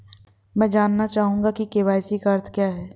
मैं जानना चाहूंगा कि के.वाई.सी का अर्थ क्या है?